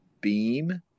Beam